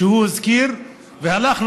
שהוא הזכיר והלך,